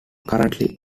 currently